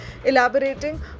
Elaborating